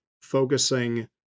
focusing